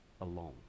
alone